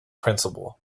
principle